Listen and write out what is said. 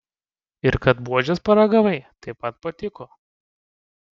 ir kad buožės paragavai taip pat patiko